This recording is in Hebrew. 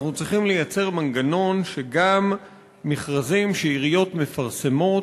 אנחנו צריכים לייצר מנגנון שגם מכרזים שעיריות מפרסמות,